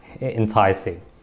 enticing